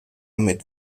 mit